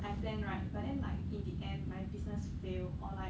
I plan right but then like in the end my business fail or like